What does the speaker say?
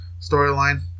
storyline